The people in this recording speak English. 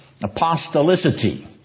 Apostolicity